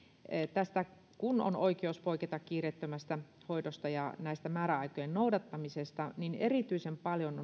tästä että kun on oikeus poiketa kiireettömästä hoidosta ja näistä määräaikojen noudattamisista niin erityisen paljon